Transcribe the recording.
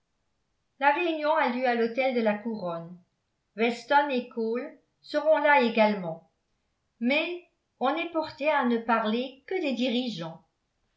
la réunion a lieu à l'hôtel de la couronne weston et cole seront là également mais on est porté à ne parler que des dirigeants